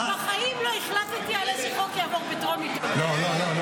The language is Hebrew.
בחיים לא החלטתי איזה חוק יעבור בטרומית או לא.